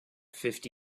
fifty